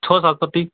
ଛଅ ସାତଟି